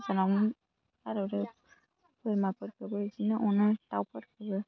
गोजानाव गारहरो बोरमाफोरखौबो बिदिनो अनो दाउफोरखौबो